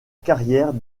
carrière